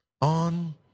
on